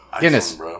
Guinness